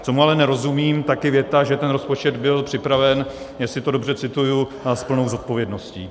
Čemu ale nerozumím, tak je věta, že rozpočet byl připraven, jestli to dobře cituji, s plnou zodpovědností.